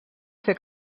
fer